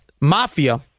mafia